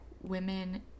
women